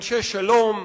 אנשי שלום,